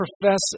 profess